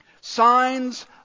Signs